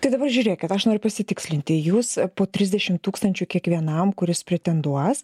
tai dabar žiūrėkit aš noriu pasitikslinti jūs po trsidešim tūkstančių kiekvienam kuris pretenduos